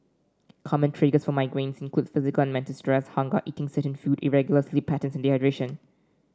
common triggers for migraines include physical and mental stress hunger eating certain food irregular sleep patterns and dehydration